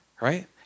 right